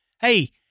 hey